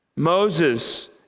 Moses